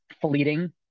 fleeting